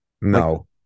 No